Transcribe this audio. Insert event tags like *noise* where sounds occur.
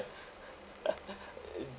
*laughs* it